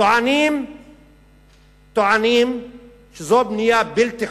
טוענים שזו בנייה בלתי חוקית.